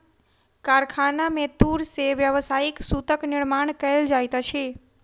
कारखाना में तूर से व्यावसायिक सूतक निर्माण कयल जाइत अछि